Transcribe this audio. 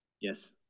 Yes